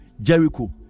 Jericho